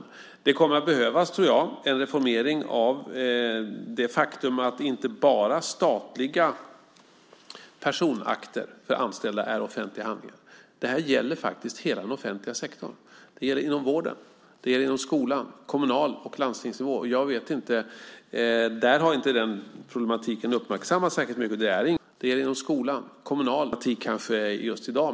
Jag tror att det kommer att behövas en reformering av det faktum att inte bara statliga personakter för anställda är offentliga handlingar. Detta gäller faktiskt hela den offentliga sektorn. Det gäller inom vården, inom skolan, på kommunal nivå och på landstingsnivå. Där har inte denna problematik uppmärksammats särskilt mycket. Och det kanske inte är någon problematik just i dag.